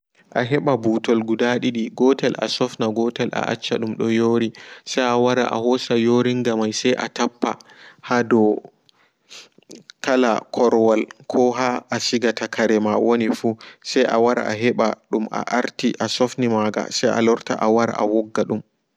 A heɓa butol guda ɗiɗi gotel sofninga gotel yooringa se awara a hoda yoringa may se a tappa hadow kala korwal ko haa a sigata karema wonifu se awara a heɓa dum a ardi a sofni maga se awara awogga.